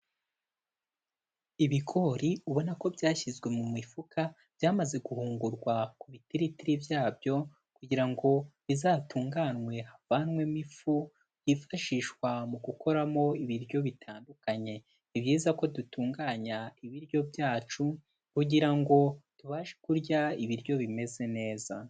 Ibigori ubona ko byashyizwe mu mifuka byamaze guhungurwa ku bitiritiri byabyo, kugira ngo bizatunganwe havanwemo ifu yifashishwa mu gukoramo ibiryo bitandukanye. Ni byiza ko dutunganya ibiryo byacu, kugira ngo tubashe kurya ibiryo bimeze neza.